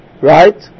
Right